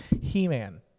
He-Man